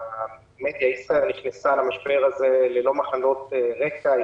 ישראייר נכנסה למשבר הזה ללא מחלות רקע,